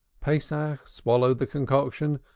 pesach swallowed the concoction,